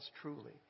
truly